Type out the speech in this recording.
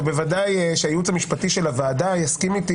בוודאי שהייעוץ המשפטי של הוועדה יסכים איתי